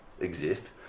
exist